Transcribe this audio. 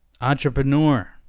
Entrepreneur